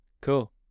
Cool